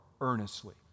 earnestly